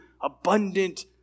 abundant